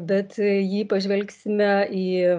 bet jei pažvelgsime į